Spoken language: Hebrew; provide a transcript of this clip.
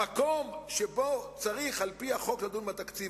במקום שבו צריך על-פי החוק לדון בתקציב,